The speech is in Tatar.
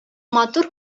матур